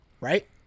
right